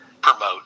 promote